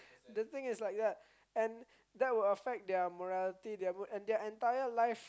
the thing is like that and that would affect their morality their mood and their entire life